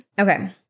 Okay